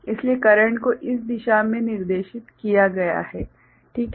इसलिए करेंट को इस दिशा में निर्देशित किया जाएगा ठीक है